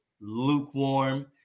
lukewarm